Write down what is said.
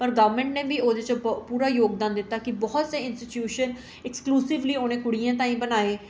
पर गौरमेंट ने बी ओह्दे च पूरा जोगदान दित्ता कि बोह्त से इंस्टीट्यूशन एक्सकलुसिव उनें कुड़ियें ताईं बनाए